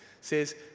says